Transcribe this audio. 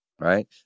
right